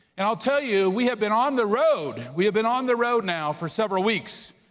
and i'll tell you, we have been on the road, we have been on the road now for several weeks,